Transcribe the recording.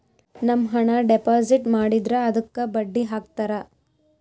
ನಮ್ ಹಣ ಡೆಪಾಸಿಟ್ ಮಾಡಿದ್ರ ಅದುಕ್ಕ ಬಡ್ಡಿ ಹಕ್ತರ